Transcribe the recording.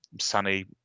sunny